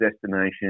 destination